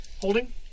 Holding